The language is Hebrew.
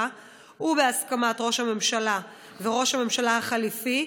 ובהסכמת ראש הממשלה וראש הממשלה החליפי,